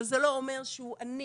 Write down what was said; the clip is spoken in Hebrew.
אבל זה לא אומר שהוא עני.